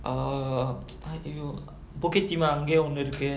err you bukit timah அங்க ஒன்னு இருக்கு:anga onnu irukku